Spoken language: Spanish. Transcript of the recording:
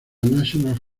national